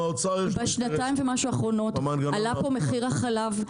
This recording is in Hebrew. בשנתיים ומשהו האחרונות עלה פה מחיר החלב,